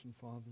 Father